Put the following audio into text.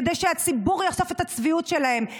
כדי שהציבור יחשוף את הצביעות שלהם,